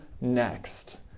next